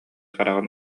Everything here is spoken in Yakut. хараҕын